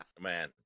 Man